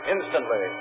Instantly